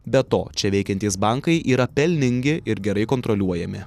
be to čia veikiantys bankai yra pelningi ir gerai kontroliuojami